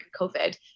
COVID